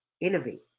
innovate